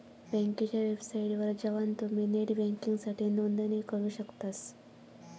बँकेच्या वेबसाइटवर जवान तुम्ही नेट बँकिंगसाठी नोंदणी करू शकतास